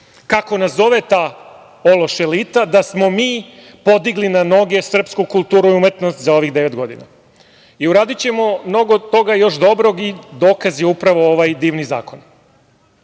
Kako se nazovi ta ološ elita da smo mi podigli na noge srpsku kulturu i umetnost za ovih devet godina. Uradićemo mnogo toga još dobrog i dokaz je upravo ovaj divni zakon.Za